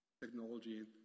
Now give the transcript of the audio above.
Technology